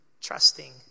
trusting